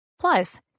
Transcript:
Plus